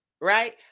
right